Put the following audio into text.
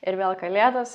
ir vėl kalėdos